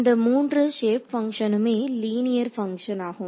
இந்த 3 ஷேப் பங்ஷனுமே linear function ஆகும்